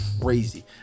crazy